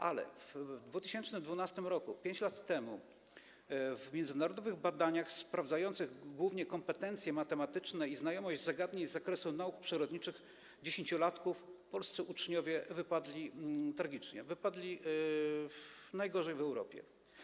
Ale w 2012 r., 5 lat temu, w międzynarodowych badaniach sprawdzających głównie kompetencje matematyczne i znajomość zagadnień z zakresu nauk przyrodniczych 10-latków polscy uczniowie wypadli tragicznie, najgorzej w Europie.